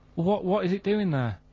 what what is it doing there?